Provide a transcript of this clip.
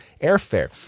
airfare